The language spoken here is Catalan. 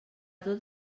tot